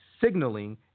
signaling